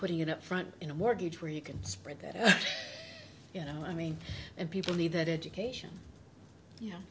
putting it up front in a mortgage where you can spread that you know i mean and people need that education